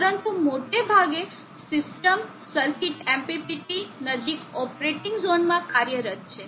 પરંતુ મોટે ભાગે સિસ્ટમ સર્કિટ MPPT નજીક ઓપરેટિંગ ઝોનમાં કાર્યરત છે